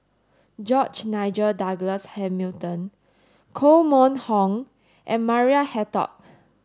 George Nigel Douglas Hamilton Koh Mun Hong and Maria Hertogh